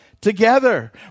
together